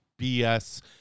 BS